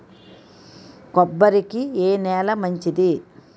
కొబ్బరి కి ఏ నేల మంచిది?